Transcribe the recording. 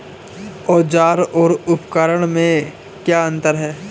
औज़ार और उपकरण में क्या अंतर है?